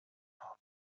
half